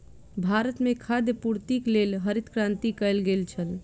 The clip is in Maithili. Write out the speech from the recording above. भारत में खाद्य पूर्तिक लेल हरित क्रांति कयल गेल छल